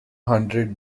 hundred